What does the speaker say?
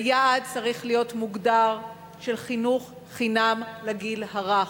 היעד צריך להיות מוגדר, של חינוך חינם לגיל הרך.